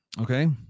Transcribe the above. Okay